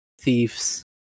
thieves